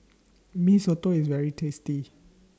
Mee Soto IS very tasty